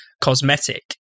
cosmetic